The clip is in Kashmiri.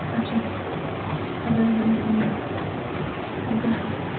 اچھا اَدٕ حظ بِہیو بِہیو اَدٕ حظ بِہیو